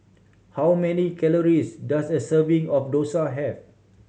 how many calories does a serving of dosa have